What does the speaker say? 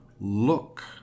look